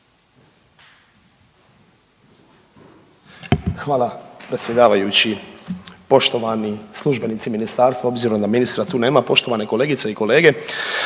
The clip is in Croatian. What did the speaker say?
Hvala predsjedavajući. Poštovani službenici ministarstva obzirom da tu ministra nema, poštovane kolegice i kolege